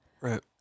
Right